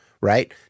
right